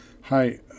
Hi